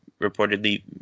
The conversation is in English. reportedly